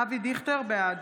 אבי דיכטר, בעד